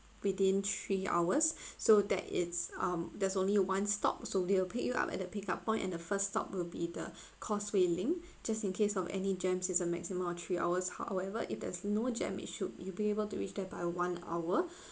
within three hours so that is um there's only one stop so they will pick you up at that pick up point at the first stop will be the causeway link just in case of any jam is a maximum of three hours however if there's no jam it should you'll be able to reach there by one hour